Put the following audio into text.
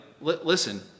listen